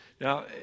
Now